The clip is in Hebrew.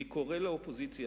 אני קורא לאופוזיציה,